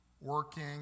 Working